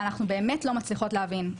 אנחנו באמת לא מצליחות להבין.